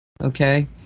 okay